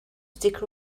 stick